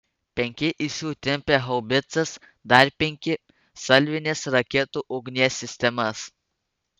penki iš jų tempė haubicas dar penki salvinės raketų ugnies sistemas